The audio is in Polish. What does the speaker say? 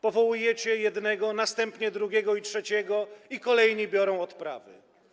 Powołujecie jednego, następnie drugiego i trzeciego - i kolejni biorą odprawy.